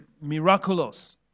miraculous